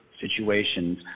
situations